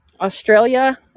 Australia